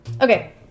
Okay